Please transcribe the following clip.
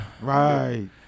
Right